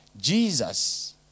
Jesus